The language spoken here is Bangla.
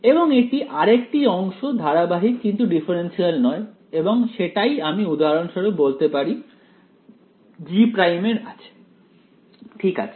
এবং এটি আরেকটি অংশ ধারাবাহিক কিন্তু ডিফারেনশিয়াল নয় এবং সেটাই আমি উদাহরণস্বরূপ বলতে পারি G' এর আছে ঠিক আছে